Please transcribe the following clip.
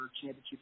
championship